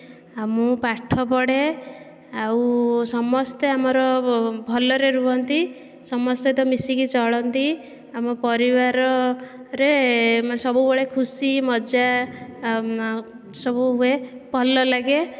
ଆଉ ମୁଁ ପାଠ ପଢ଼େ ଆଉ ସମସ୍ତେ ଆମର ଭଲରେ ରୁହନ୍ତି ସମସ୍ତଙ୍କ ସହ ମିଶିକି ଚଳନ୍ତି ଆମ ପରିବାର ରେ ସବୁବେଳେ ଖୁସି ମଜା ସବୁ ହୁଏ ଭଲ ଲାଗେ